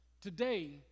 today